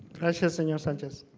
gracias, senior sanchez.